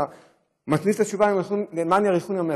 אתה מכניס את התשובה "למען יאריכון ימיך".